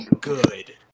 good